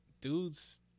dude's